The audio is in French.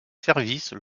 services